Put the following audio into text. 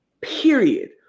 period